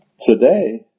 Today